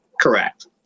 Correct